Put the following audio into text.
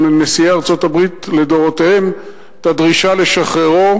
נשיאי ארצות-הברית לדורותיהם את הדרישה לשחררו,